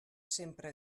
sempre